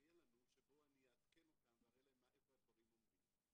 שיהיה לנו שבו אני אעדכן אותם ואראה להם איפה הדברים עומדים.